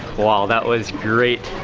well, that was great.